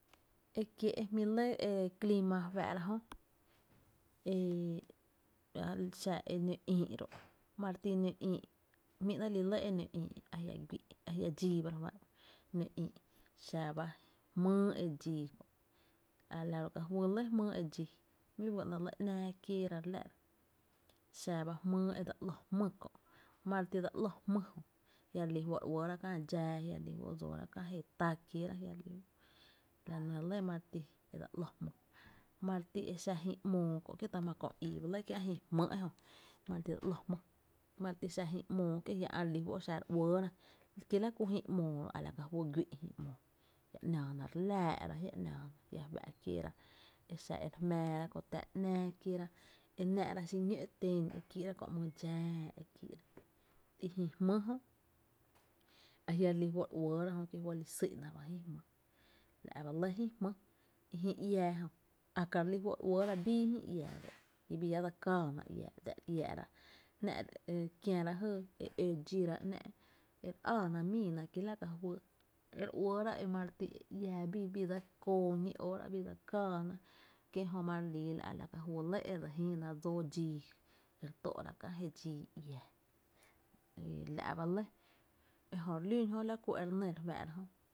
Ekiee’ ejmí’ lɇ e clima re fáá’ra jö, e xa e nǿ ïï’ ro’, ma re ti nǿ ïï’ jmí’ néé’ lii’ le e nǿ ïï’ a jia’ güi’ ajia’ dxíi ba re juá’n u, nǿ ïï, xa ba jmýy e dxíi kö’ a la ro’ kapiíí’ lɇ jmýy e dxii, jmý’ by ga ‘nɇ’ ‘nⱥⱥ’ kieera e re láá’ra, xaba jmýy e dse ‘ló jmý kö, ma re ti dse ‘ló jmý, jia re lí juó’ re uɇra kää dxáa ajia’ re li fó’ dsoora kä jée tá kieera jia re lí, a nɇ, lɇ e mare ti dse ‘ló jmý, mare ti e xa jïï ‘moo kö’ kie ta má’ kö ii ba lɇ kia’ jï jmý ejö, ma re ti dse ‘ló jmý, ma re ti xa jïï ‘moo kie’ jia xa re li juó’ e re uɇɇra ki la ku jïï ‘moo a la ka juy güi’, a jia’ ‘naana re láá’ra ajia’ ‘naana a jia’ fá’ kieera e xa re jmáára, kö táá’ ‘náá kieera e ‘nⱥ’ra xiñó’ ten e kii’ra kö ‘my dxáá e kí’ra i jï jmý jö a jia’ re lí fó’ re uɇɇra ki fɇ re lí fó’ re s¨*yna ba jÿ jmý, la’ ba lɇ ji jmý, i jïï iaa jö a ka re li fó’ e re uɇɇra bii jï iää ki juɇ’ re káána, ‘nⱥ’ kiära jy e ó dxíra ‘nⱥ’ e re áána miina kila ka juy e re uɇɇra e mare ti jïï iää bii dse koo ñí óóra bii dse kääna, ki jö ma re lii lá’ a la ka juy lɇ e dse jïï na dsóódxíi e re tó’ra kää je dxii iáá, ejö re lún jö la ku e re nɇ re fáá’ra jönɇ.